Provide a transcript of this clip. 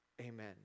Amen